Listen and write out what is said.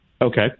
Okay